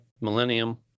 millennium